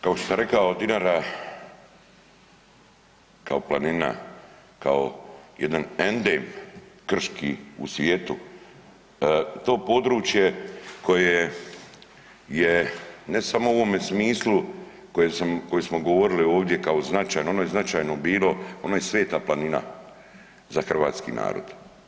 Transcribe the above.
Kao što sam rekao, Dinara kao planina, kao jedan endem krški u svijetu, to područje koje je ne samo u ovome smislu koje smo govorili ovdje kao značajno, ono je značajno bilo, ono je sveta planina za hrvatski narod.